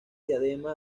diadema